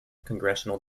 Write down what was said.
congressional